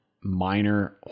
minor